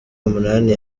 umunani